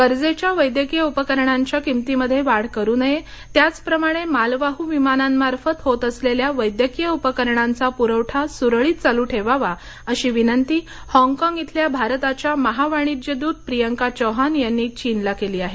गरजेच्या वैद्यकीय उपकरणांच्या किमतीमध्ये वाढ करू नये त्याच प्रमाणे मालवाहू विमानांमार्फत होत असलेला वैद्यकीय उपकरणांचा पुरवठा सुरळीत चालू ठेवावा अशी विनंती हॉगकॉंग इथल्या भारताच्या महावाणिज्य दूत प्रियांका चौहान यांनी चीनला केली आहे